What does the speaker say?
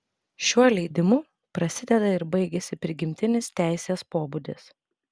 šiuo leidimu prasideda ir baigiasi prigimtinis teisės pobūdis